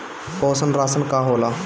पोषण राशन का होला?